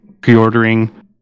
pre-ordering